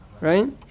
Right